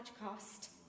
cost